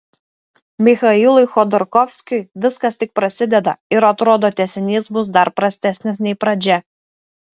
michailui chodorkovskiui viskas tik prasideda ir atrodo tęsinys bus dar prastesnis nei pradžia